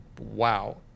wow